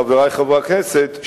חברי חברי הכנסת,